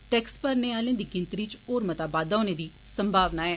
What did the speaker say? tax भरने आलें दी गिनतरी इच होर मता बाद्दा होने दी संभावना ऐ